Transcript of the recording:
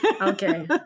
Okay